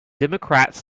democrats